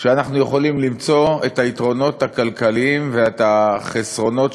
שאנחנו יכולים למצוא את היתרונות הכלכליים ואת החסרונות,